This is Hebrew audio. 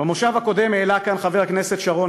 במושב הקודם העלה כאן חבר הכנסת שרון